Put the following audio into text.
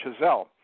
Chazelle